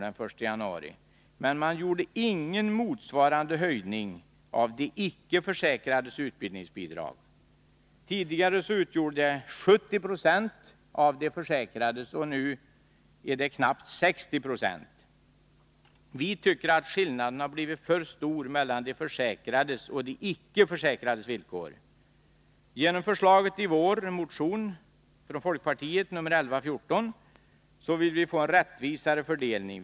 den 1 januari, men det gjordes ingen motsvarande höjning av de icke-försäkrades utbildningsbidrag. Tidigare utgjorde bidraget 70 20 av de försäkrades, men nu knappt 60 96. Vi tycker att skillnaden har blivit för stor mellan de försäkrades och de icke-försäkrades villkor. Genom förslaget i folkpartiets motion nr 1114 vill vi åstadkomma en rättvisare fördelning.